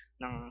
ng